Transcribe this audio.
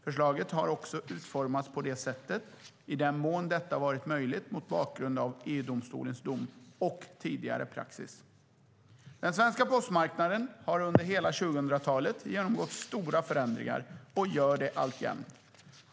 Förslaget har också utformats på det sättet, i den mån detta varit möjligt mot bakgrund av EU-domstolens dom och tidigare praxis. Den svenska postmarknaden har under hela 2000-talet genomgått stora förändringar och gör det alltjämt.